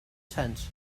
tent